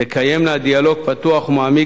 תקיימנה דיאלוג פתוח ומעמיק,